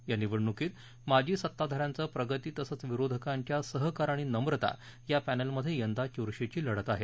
या निवडणुकीत माजी सत्ताधान्यांचं प्रगती तसंच विरोधकांच्या सहकार आणि नम्रता या पॅनल मध्ये यंदा चुरशीची लढत आहे